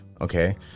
Okay